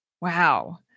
Wow